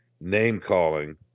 name-calling